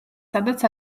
სადაც